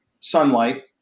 sunlight